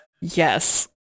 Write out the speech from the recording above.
Yes